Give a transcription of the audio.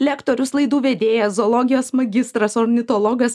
lektorius laidų vedėja zoologijos magistras ornitologas